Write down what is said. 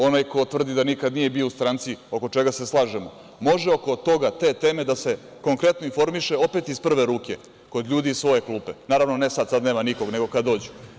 Onaj ko tvrdi da nikad nije bio u stranci, oko čega se slažemo, može oko te teme da se konkretno informiše opet iz prve ruke kod ljudi iz svoje klupe, naravno ne sad, sad nema nikog, nego kad dođu.